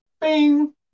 Bing